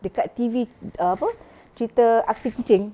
dekat T_V err apa cerita aksi kucing